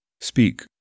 Speak